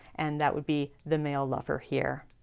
and that would be the male lover here.